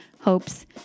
hopes